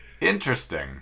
Interesting